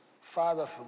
Father